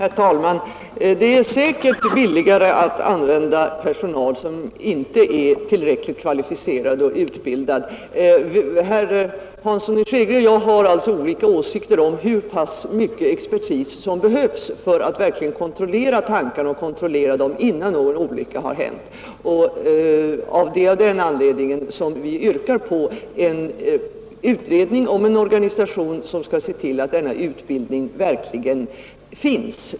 Herr talman! Det är säkert billigare att använda personal som inte är tillräckligt kvalificerad och utbildad. Herr Hansson i Skegrie och jag har alltså olika åsikter om hur pass mycket expertis som behövs för att kontrollera tankarna innan någon olycka har hänt, och det är av den anledningen vi yrkar på utredning och en organisation som skall se till, att denna utbildning verkligen finns.